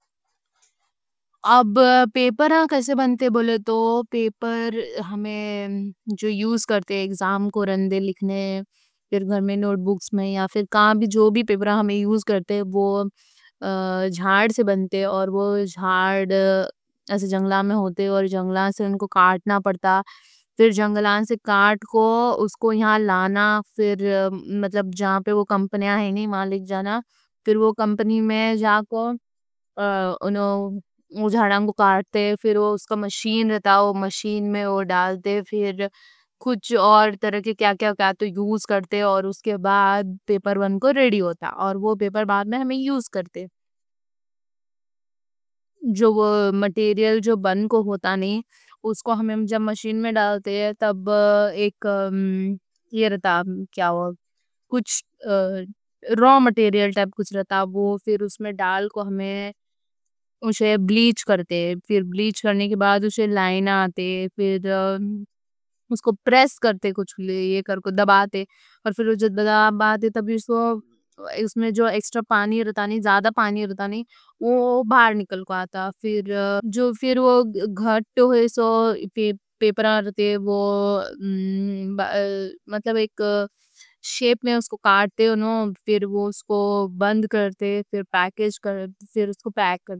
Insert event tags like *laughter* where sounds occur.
اب پیپر کیسے بنتے ہیں بولے تو پیپر ہمیں جو یوز کرتے ہیں۔ ایگزام کو رندے لکھنے، پھر گھر میں نوٹ بکس میں یا۔ پھر جو بھی پیپر ہمیں یوز کرتے ہیں، وہ۔ *hesitation* جھاڑ سے بنتے ہیں اور وہ جھاڑ *hesitation* ایسے جنگلاں میں ہوتے ہیں اور۔ جنگلاں سے ان کو کاٹنا پڑتا، پھر جنگلہ سے کاٹ کے اس کو یہاں لانا۔ پھر جہاں پہ وہ کمپنیاں ہیں نی وہاں لے جانا۔ پھر وہ کمپنی میں جہاں کو ان کو وہ جھاڑاں کو کاٹتے۔ پھر وہاں مشین رہتا۔ وہ مشین میں وہ ڈالتے۔ پھر کچھ اور طرح کی کیا کیا اسے کرتے، پھر اس کے بعد پیپر بن کے ریڈی ہوتا اور وہ پیپر بعد میں ہمیں یوز کرتے۔ وہ مٹیریل جو۔ بن کے ہوتا نی اس کو یوز کرتے تب ایک یہ رہتا کیا *hesitation* کچھ اے *hesitation* را مٹیریل ٹائپ کچھ رہتا وہ پھر ڈال کے ہمیں اسے، ہمیں اسے بلیچ کرتے ہیں پھر بلیچ کرنے کے بعد اسے۔ لائن آتے پھر *hesitation* اس کو پریس کرتے دباتے اور جدھ بڑا۔ باتے تب اس میں جو ایکسٹرا پانی رہتا نہیں زیادہ پانی رہتا۔ نہیں وہ باہر نکل کے آتا پھر جو پھر وہ گھٹ ہوتے۔ پیپر رہتے وہ مطلب *hesitation* ایک شیپ میں اس کو کاٹتے پھر وہ۔ اس کو بند کرتے *hesitation* پھر پیکج کرتے۔